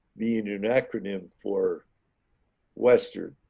being an acronym for western